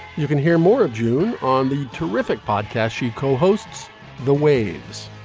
you can hear more of june on the terrific podcast she co-hosts the waves